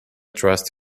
trust